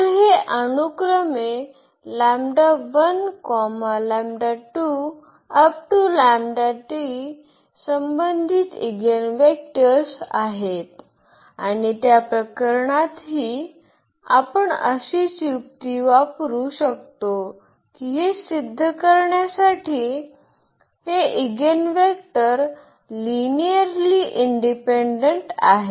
तर हे अनुक्रमे संबंधित ईगिनवेक्टर्स आहेत आणि त्या प्रकरणातही आपण अशीच युक्ती वापरु शकतो की हे सिद्ध करण्यासाठी हे ईगिनवेक्टर लिनिअर्ली इंडिपेंडेंट आहेत